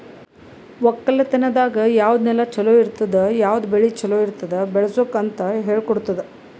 ಒಕ್ಕಲತನದಾಗ್ ಯಾವುದ್ ನೆಲ ಛಲೋ ಇರ್ತುದ, ಯಾವುದ್ ಬೆಳಿ ಛಲೋ ಇರ್ತುದ್ ಬೆಳಸುಕ್ ಅಂತ್ ಹೇಳ್ಕೊಡತ್ತುದ್